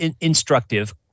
instructive